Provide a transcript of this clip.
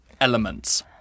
elements